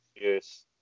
Yes